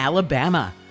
Alabama